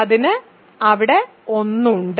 അതിന് അവിടെ 1 ഉണ്ട്